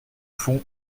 fond